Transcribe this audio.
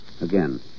again